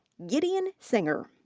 gideon singer.